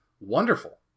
wonderful